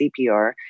CPR